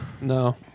No